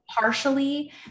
partially